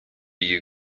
you